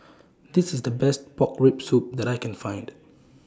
This IS The Best Pork Rib Soup that I Can Find